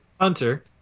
Hunter